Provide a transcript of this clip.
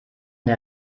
der